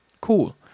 cool